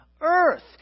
earth